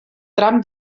tram